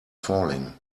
falling